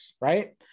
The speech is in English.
right